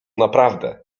naprawdę